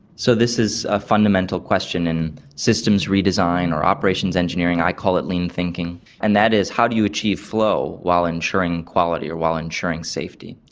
so this is a fundamental question in systems redesign or operations engineering, i call it lean thinking, and that is how do you achieve flow while ensuring quality or while ensuring safety.